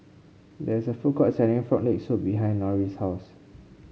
there is a food court selling Frog Leg Soup behind Norris' house